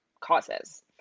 Causes